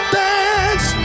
dance